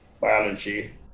biology